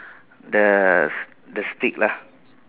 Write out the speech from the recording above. the the stick lah